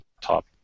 top